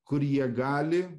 kur jie gali